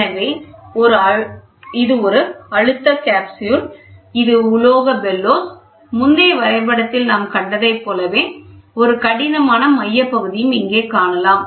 எனவே இது ஒரு அழுத்தம் காப்ஸ்யூல் இது உலோக பெல்லோ முந்தைய வரைபடத்தில் நாம் கண்டதை போலவே ஒரு கடினமான மையப் பகுதியையும் இங்கே காணலாம்